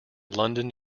london